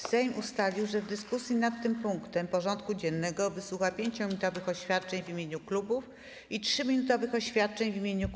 Sejm ustalił, że w dyskusji nad tym punktem porządku dziennego wysłucha 5-minutowych oświadczeń w imieniu klubów i 3-minutowych oświadczeń w imieniu kół.